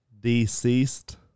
deceased